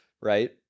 right